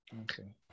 Okay